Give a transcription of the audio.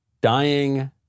dying